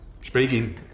Speaking